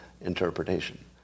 interpretation